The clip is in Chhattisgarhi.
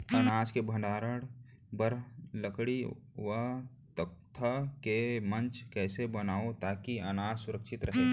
अनाज के भण्डारण बर लकड़ी व तख्ता से मंच कैसे बनाबो ताकि अनाज सुरक्षित रहे?